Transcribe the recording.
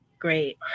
Great